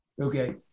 Okay